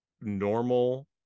normal